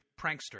prankster